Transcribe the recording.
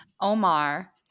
Omar